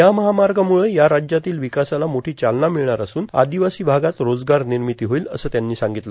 या महामार्गामुळे या राज्यातील विकासाला मोठी चालना मिळणार असून आदिवासी भागात रोजगार निर्मिती होईल असं त्यांनी सांगितलं